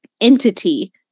entity